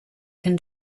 can